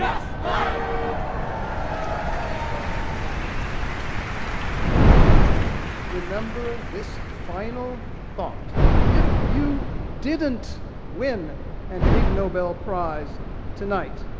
um remember this final thought if you didn't win an ig nobel prize tonight,